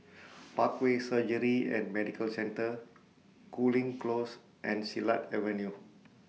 Parkway Surgery and Medical Centre Cooling Close and Silat Avenue